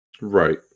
right